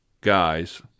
guys